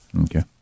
Okay